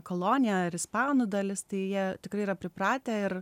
kolonija ir ispanų dalis tai jie tikrai yra pripratę ir